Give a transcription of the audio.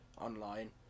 online